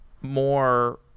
more